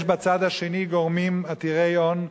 יש בצד השני גורמים עתירי הון,